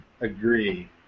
agree